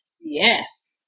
Yes